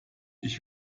ich